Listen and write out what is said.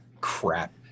crap